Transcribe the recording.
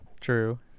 True